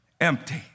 empty